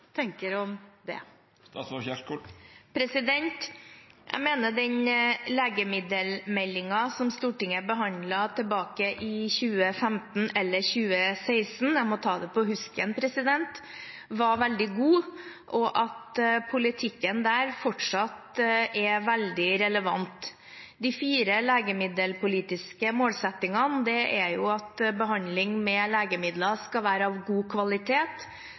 tenker om det. Jeg mener at den legemiddelmeldingen som Stortinget behandlet tilbake i 2015 eller 2016 – jeg må ta det på husken – var veldig god, og at politikken der fortsatt er veldig relevant. De er fire legemiddelpolitiske målsettinger. Det er at behandling med legemidler skal være av god kvalitet,